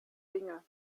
dinge